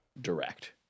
Direct